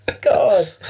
God